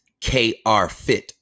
krfit